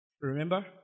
Remember